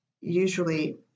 usually